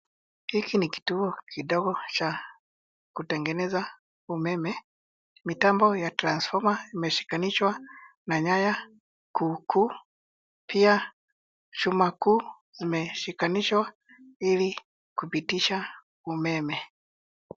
Hiki ni kituo kidogo cha kutengeneza umeme. Mitambo ya transfoma imeshikanishwa na nyaya kuu kuu . Pia chuma kuu imeshikanishwa ili kupitisha umeme.